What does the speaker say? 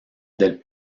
del